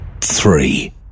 Three